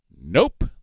Nope